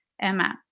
Emma